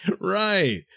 Right